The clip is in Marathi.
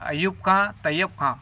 अयुब कां तय्यब खाँ